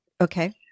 Okay